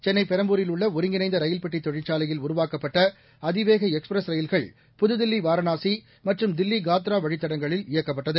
சென்னை பெரம்பூரில் உள்ள ஒருங்கிணைந்த ரயில் பெட்டித் தொழிற்சாலையில் உருவாக்கப்பட்ட அதிவேக எக்ஸ்பிரஸ் ரயில்கள் புது தில்லி வாரணாசி மற்றும் தில்லி காத்ரா வழித்தடங்களில் இயக்கப்பட்டது